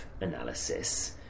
analysis